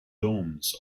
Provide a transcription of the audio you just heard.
domes